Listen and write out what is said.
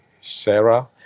Sarah